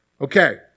Okay